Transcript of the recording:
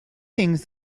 things